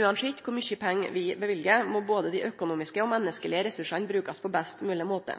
Uansett kor mykje pengar vi løyver, må både dei økonomiske og menneskelege ressursane brukast på best mogleg måte.